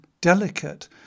delicate